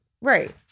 right